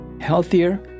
healthier